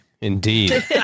Indeed